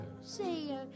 Say